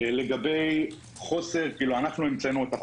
לגבי חוסר, כאילו אנחנו המצאנו את החוסר.